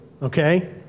Okay